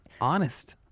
honest